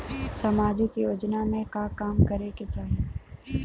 सामाजिक योजना में का काम करे के चाही?